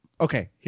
okay